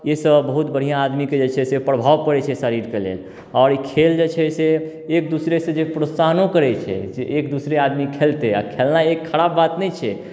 एहिसँ बहुत बढ़िआँ आदमीके जे छै से प्रभाव पड़ैत छै शरीरके लेल आओर ई खेल जे छै से एक दूसरेसँ जे प्रोत्साहनो करैत छै एक दूसरे आदमी खेलतै आ खेलनाइ एक खराब बात नहि छै